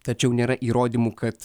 tačiau nėra įrodymų kad